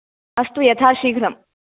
अस्तु यथाशीघ्रं